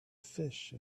fish